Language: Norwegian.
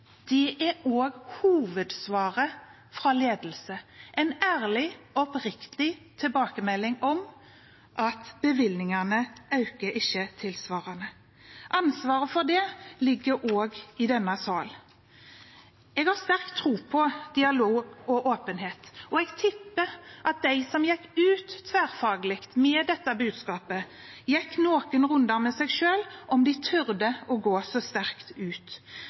oppriktig tilbakemelding om at bevilgningene ikke øker tilsvarende. Ansvaret for det ligger også i denne sal. Jeg har sterk tro på dialog og åpenhet. Jeg tipper at de som gikk ut, tverrfaglig, med dette budskapet, gikk noen runder med seg selv før de turte å gå så sterkt ut.